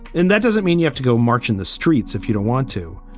and that doesn't mean you have to go march in the streets if you don't want to.